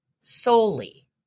solely